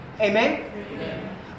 amen